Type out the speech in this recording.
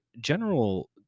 general